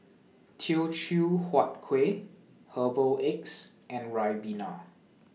Teochew Huat Kueh Herbal Eggs and Ribena